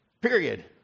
period